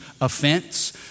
offense